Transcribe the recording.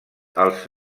els